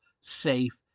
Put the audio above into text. safe